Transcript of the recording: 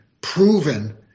proven